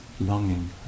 longing